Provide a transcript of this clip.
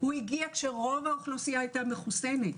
הוא הגיע כשרוב האוכלוסייה היתה מחוסנת.